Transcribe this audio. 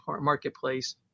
marketplace